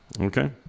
okay